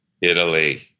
Italy